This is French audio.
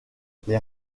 les